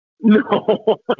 no